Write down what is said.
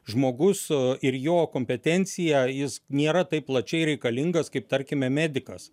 žmogus ir jo kompetencija jis nėra taip plačiai reikalingas kaip tarkime medikas